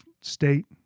state